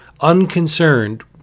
unconcerned